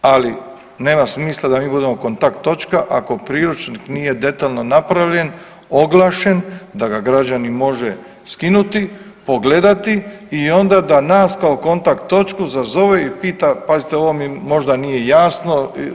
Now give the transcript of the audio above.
Ali nema smisla da mi budemo kontakt točka, ako priručnik nije detaljno napravljen, oglašen da ga građanin može skinuti, pogledati i onda da nas kao kontakt točku zazove i pita, pazite ovo mi možda nije jasno.